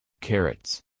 carrots